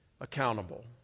accountable